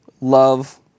love